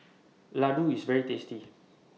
Ladoo IS very tasty